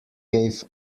cave